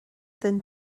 den